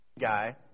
guy